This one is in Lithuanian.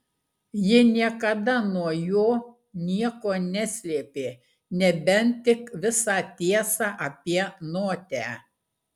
ji niekada nuo jo nieko neslėpė nebent tik visą tiesą apie notę